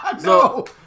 No